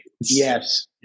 Yes